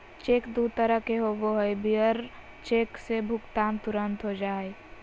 cheque दू तरह के होबो हइ, बियरर चेक से भुगतान तुरंत हो जा हइ